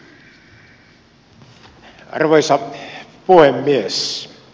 arvoisa puhemies